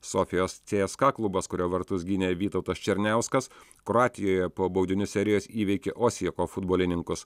sofijos cska klubas kurio vartus gynė vytautas černiauskas kroatijoje po baudinių serijos įveikė osieko futbolininkus